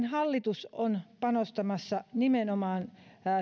hallitus on panostamassa nimenomaan